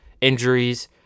injuries